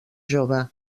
jove